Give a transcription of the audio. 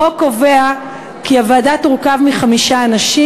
החוק קובע כי הוועדה תורכב מחמישה אנשים.